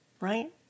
Right